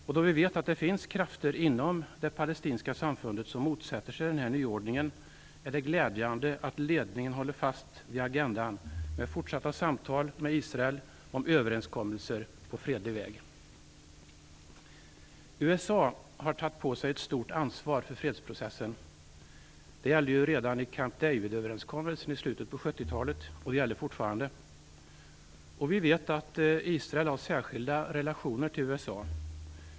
Och då vi vet att det finns krafter inom det palestinska samfundet som motsätter sig den här nyordningen är det glädjande att ledningen håller fast vid agendan med fortsatta samtal med Israel om överenskommelser på fredlig väg. USA har tagit på sig ett stort ansvar för fredsprocessen. Det gällde ju redan i Camp Davidöverenskommelsen i slutet av 70-talet och det gäller fortfarande. Och vi vet att Israel har särskilda relationer till USA.